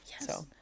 Yes